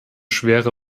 schwere